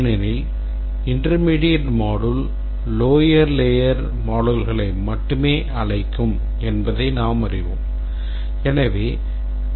ஏனெனில் intermediate module lower layer moduleகளை மட்டுமே அழைக்கும் என்பதை நாம் அறிவோம்